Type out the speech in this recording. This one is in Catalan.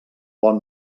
bon